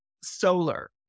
solar